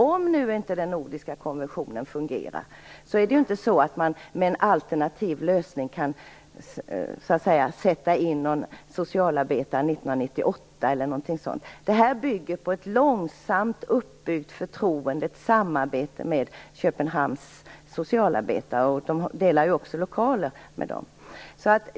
Om nu inte den nordiska konventionen fungerar kan man inte med en alternativ lösning sätta in en socialarbetare 1998. Det här bygger på ett långsamt uppbyggt förtroende och ett samarbete med Köpenhamns socialarbetare. De svenska socialarbetarna delar ju också lokal med dem.